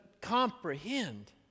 comprehend